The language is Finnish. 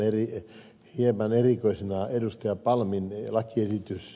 pidän hieman erikoisena ed